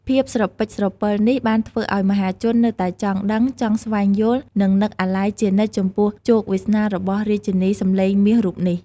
ភាពស្រពេចស្រពិលនេះបានធ្វើឲ្យ មហាជននៅតែចង់ដឹង ចង់ស្វែងយល់ និងនឹកអាល័យជានិច្ចចំពោះជោគវាសនារបស់រាជិនីសំឡេងមាសរូបនេះ។